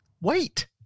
Wait